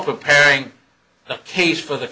preparing the case for the